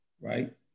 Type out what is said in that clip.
right